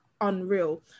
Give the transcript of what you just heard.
unreal